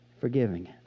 forgiving